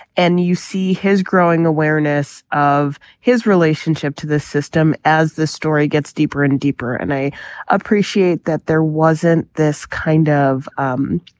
and you see his growing awareness of his relationship to the system as the story gets deeper and deeper. and i appreciate that there wasn't this kind of um